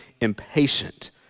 impatient